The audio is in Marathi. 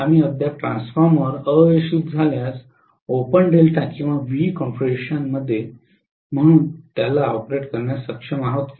आम्ही अद्याप ट्रान्सफॉर्मर अयशस्वी झाल्यास ओपन डेल्टा किंवा व्ही कॉन्फिगरेशन म्हणून ऑपरेट करण्यास सक्षम आहोत